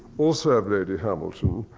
also of lady hamilton,